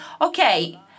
Okay